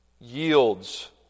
yields